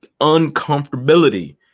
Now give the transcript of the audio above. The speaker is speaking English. uncomfortability